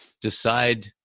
decide –